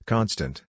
Constant